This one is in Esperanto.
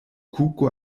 kuko